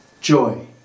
joy